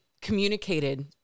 communicated